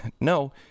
No